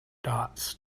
dots